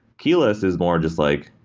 keyless is more just like,